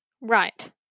right